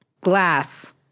Glass